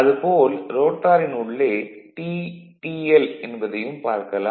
அது போல் ரோட்டாரின் உள்ளே T TL என்பதையும் பார்க்கலாம்